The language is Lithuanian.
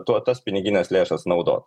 tuo tas pinigines lėšas naudot